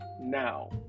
now